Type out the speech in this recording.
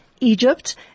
Egypt